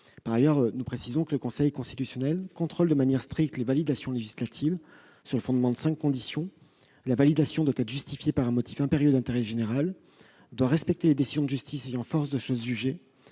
Par ailleurs, le Conseil constitutionnel contrôle de manière stricte les validations législatives, sur le fondement du respect des cinq conditions suivantes : la validation doit être justifiée par un motif impérieux d'intérêt général ; elle doit respecter les décisions de justice ayant force de chose jugée